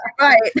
right